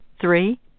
three